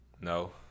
No